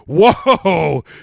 whoa